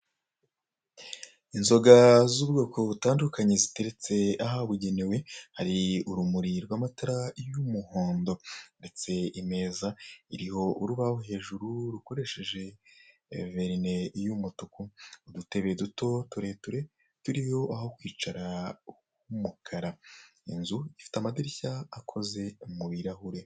Inzoga z'ubwoko butandukanye ziteretse ahabugenewe. Hari urumuri rw'amatara y'umuhondo hateretse imeza iriho urubaho hejuru rukoresheje verine y'umutuku; udutebe duto tureture turiho aho kwicara h'umukara. Inzu ifite amadirishya akoze mu birahure.